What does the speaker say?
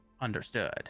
Understood